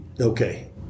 Okay